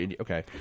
Okay